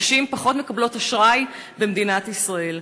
נשים פחות מקבלות אשראי במדינת ישראל.